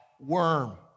worm